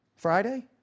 Friday